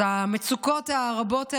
אז המצוקות הרבות האלה,